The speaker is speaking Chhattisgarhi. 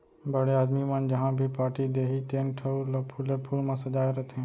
बड़े आदमी मन जहॉं भी पारटी देहीं तेन ठउर ल फूले फूल म सजाय रथें